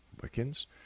Wiccans